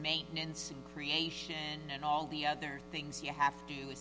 maintenance creation and all the other things you have to